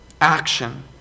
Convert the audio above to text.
action